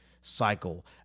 cycle